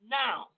now